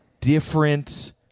different